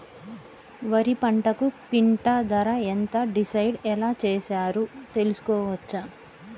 వరి పంటకు క్వింటా ధర ఎంత డిసైడ్ ఎలా చేశారు తెలుసుకోవచ్చా?